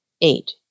Eight